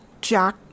Jack